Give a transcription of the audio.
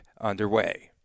underway